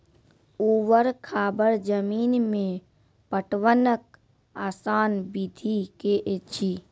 ऊवर खाबड़ जमीन मे पटवनक आसान विधि की ऐछि?